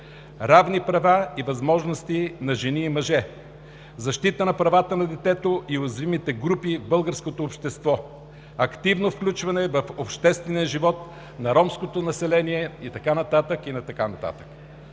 равни права и възможности на жени и мъже; защита на правата на детето и уязвимите групи в българското общество; активно включване в обществения живот на ромското население и така нататък, и така нататък.